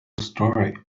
story